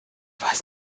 weiß